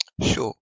Sure